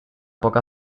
poca